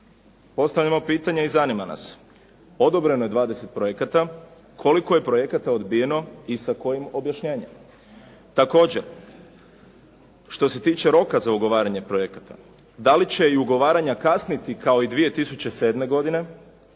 Postavljamo pitanje i zanima nas. Odobreno je 20 projekata. Koliko je projekata odbijeno i sa kojim objašnjenjem? Također, što se tiče roka za ugovaranje projekata, da li će i ugovaranja kasniti kao i 2007. godine